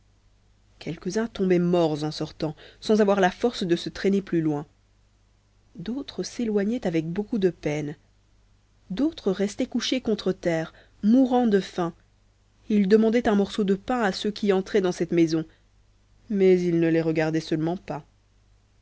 quelques-uns tombaient morts en sortant sans avoir la force de se traîner plus loin d'autres s'éloignaient avec beaucoup de peine d'autres restaient couchés contre terre mourant de faim ils demandaient un morceau de pain à ceux qui entraient dans cette maison mais ils ne les regardaient pas